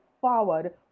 forward